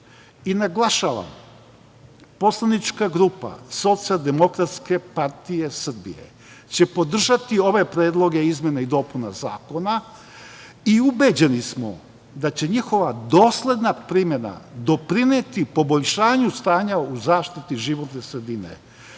tako. Naglašavam, poslanička grupa SDPS će podržati ove predloge izmena i dopuna zakona i ubeđeni smo da će njihova dosledna primena doprineti poboljšanju stanja u zaštiti životne sredine.